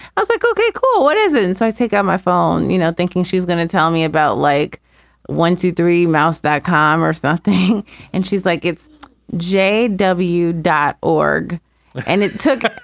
ah so like okay, cool. what is it? so i take out my phone, you know, thinking she's going to tell me about like one, two, three mouths that commerce, nothing. and she's like, it's j w dot org and it took